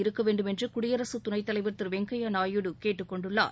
இருக்கவேண்டும் என்றுகுடியரசுதுணைத்தலைவர் திருவெங்கையாநாயுடு கேட்டுக் கொண்டுள்ளார்